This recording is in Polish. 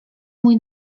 mój